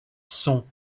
sont